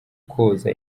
koza